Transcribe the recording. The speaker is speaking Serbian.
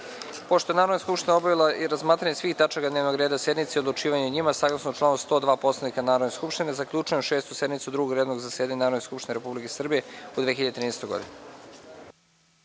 je Narodna skupština obavila i razmatranje svih tačaka dnevnog reda sednice i odlučivanje o njima, saglasno članu 102. Poslovnika Narodne skupštine zaključujem Šestu sednicu Drugog redovnog zasedanja Narodne skupštine Republike Srbije u 2013. godini.